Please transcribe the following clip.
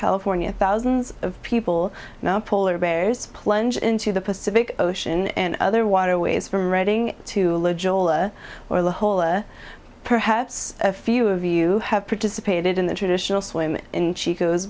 california thousands of people now polar bears plunge into the pacific ocean and other waterways from reading to where the whole or perhaps a few of you have participated in the traditional swim